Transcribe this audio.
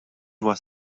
was